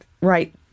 right